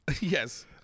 Yes